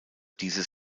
dieses